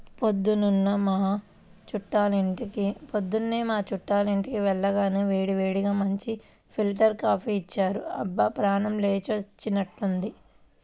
పొద్దున్న మా చుట్టాలింటికి వెళ్లగానే వేడివేడిగా మంచి ఫిల్టర్ కాపీ ఇచ్చారు, అబ్బా ప్రాణం లేచినట్లైంది